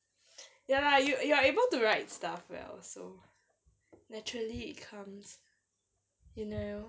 ya lah you you are able to write stuff well so naturally it comes you know